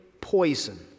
poison